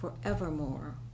forevermore